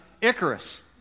Icarus